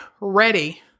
ready